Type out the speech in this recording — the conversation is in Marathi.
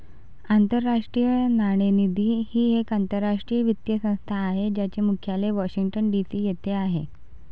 आंतरराष्ट्रीय नाणेनिधी ही एक आंतरराष्ट्रीय वित्तीय संस्था आहे ज्याचे मुख्यालय वॉशिंग्टन डी.सी येथे आहे